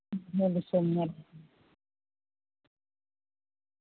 ᱦᱮᱸ ᱫᱤᱥᱚᱢ ᱧᱮᱞ